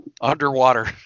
Underwater